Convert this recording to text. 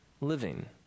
living